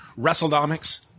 WrestleDomics